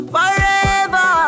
Forever